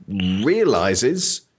realizes